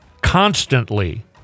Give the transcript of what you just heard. constantly